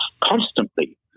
constantly